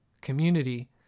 community